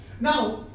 Now